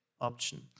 option